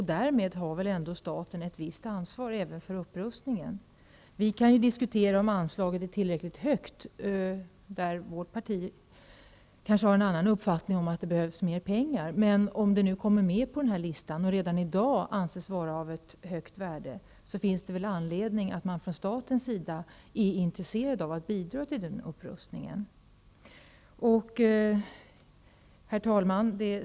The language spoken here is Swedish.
Därmed har väl staten ändå ett visst ansvar även för upprustningen. Vi kan diskutera om anslaget är tillräckligt stort. Vårt parti har kanske en annan uppfattning om att det behövs mera pengar. Om Skogskyrkogården kommer med på listan och redan i dag anses vara av stort värde, finns det väl anledning att från statens sida vara intresserad av att bidra till upprustningen. Herr talman!